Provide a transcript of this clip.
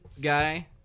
guy